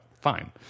fine